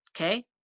Okay